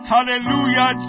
Hallelujah